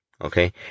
Okay